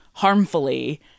Harmfully